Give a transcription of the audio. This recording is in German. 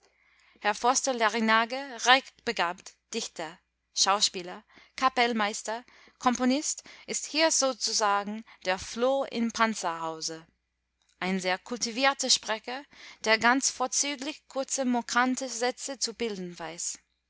herr forster-larrinaga reichbegabt dichter schauspieler kapellmeister komponist ist hier sozusagen der floh im panzerhause ein sehr kultivierter sprecher der ganz vorzüglich kurze mokante sätze zu bilden weiß